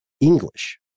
English